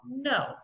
No